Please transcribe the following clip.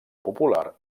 popular